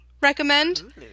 recommend